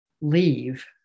leave